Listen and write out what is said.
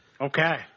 Okay